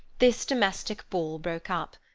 this domestic ball broke up.